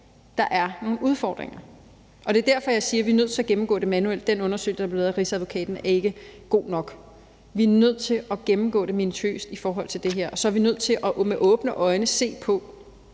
der er nogle udfordringer. Det er derfor, jeg siger, at vi er nødt til at gennemgå det manuelt. Den undersøgelse, der er blevet lavet af Rigsadvokaten, er ikke god nok. Vi er nødt til at gennemgå det minutiøst i forhold til det her, og så er vi nødt til med åbne øjne at se på,